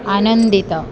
ଆନନ୍ଦିତ